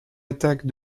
attaque